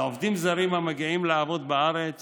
לעובדים זרים המגיעים לעבוד בארץ